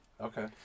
Okay